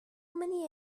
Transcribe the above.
many